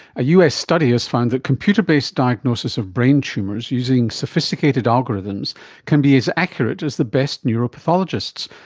a us study has found that computer-based diagnosis of brain tumours using sophisticated algorithms can be as accurate as the best neuropathologists,